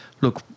Look